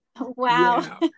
Wow